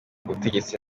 butegetsi